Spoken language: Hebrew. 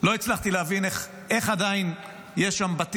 לא נשארו בישובים